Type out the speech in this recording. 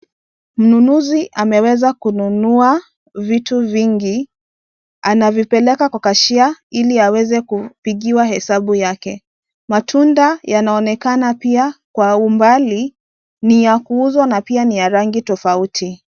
Mnunuzi ameweza kununua vitu vingi, anavipeleka kwa cashier ili aweze kupigiwa hesabu yake. Matunda yanaonekana pia kwa umbali ni ya kuuzwa, na pia ni ya rangi tofauti.